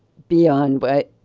beyond what